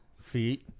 feet